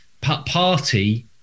Party